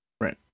Right